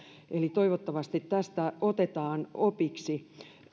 toivottavasti tästä otetaan opiksi